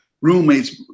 roommate's